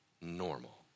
normal